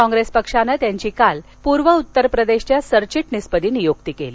कॉप्रेस पक्षानं त्यांची काल पूर्व उत्तर प्रदेशच्या सरचिटणीसपदी नियुक्ती केली